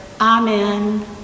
Amen